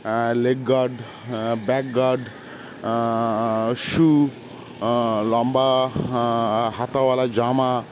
leg guard back guard shoe লম্বা হাতাওয়ালা জামা